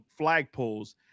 flagpoles